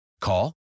Call